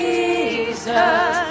Jesus